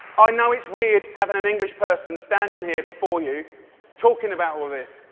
i know it's weird having an english person standing here before you talking about all this.